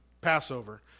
Passover